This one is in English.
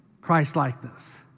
Christ-likeness